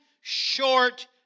short